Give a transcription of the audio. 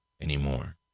anymore